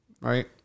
Right